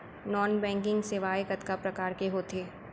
non banking सेवाएं कतका प्रकार के होथे